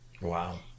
Wow